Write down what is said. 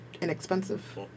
inexpensive